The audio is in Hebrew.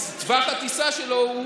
אז טווח הטיסה שלו הוא